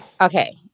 Okay